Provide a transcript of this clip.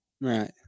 Right